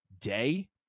day